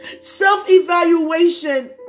Self-evaluation